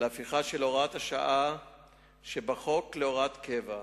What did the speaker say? להפיכה של הוראת השעה שבחוק להוראת קבע.